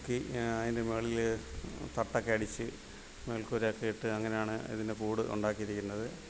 പൊക്കി അതിൻ്റെ മുകളിൽ തട്ടൊക്കെ അടിച്ച് മേൾക്കൂരയൊക്കെ ഇട്ട് അങ്ങനെയാണ് ഇതിൻ്റെ കൂട് ഉണ്ടാക്കിയിരിക്കുന്നത്